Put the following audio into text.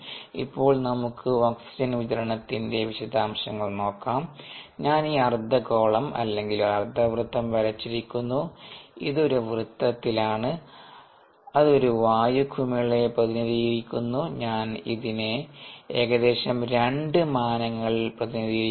ഇപ്പോൾ നമുക്ക് ഓക്സിജൻ വിതരണത്തിന്റെ വിശദാംശങ്ങൾ നോക്കാം ഞാൻ ഈ അർദ്ധഗോളം അല്ലെങ്കിൽ ഒരു അർദ്ധവൃത്തം വരച്ചിരിക്കുന്നു ഇത് ഒരു വൃത്തത്തിൽ ആണ് അത് ഒരു വായു കുമിളയെ പ്രതിനിധീകരിക്കുന്നു ഞാൻ ഇതിനെ ഏകദേശം 2 മാനങ്ങളിൽ പ്രതിനിധീകരിക്കുന്നു